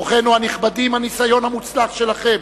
אורחינו הנכבדים, הניסיון המוצלח שלכם